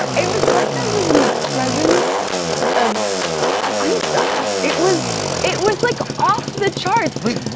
it was like i was in the presence of einstein. it was it was like off the charts. wait,